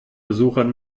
besuchern